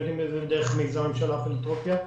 בין אם זה דרך מיזם ממשלה פילנתרופיה,